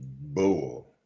bull